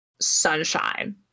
Sunshine